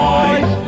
Boys